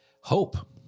Hope